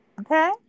Okay